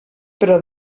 però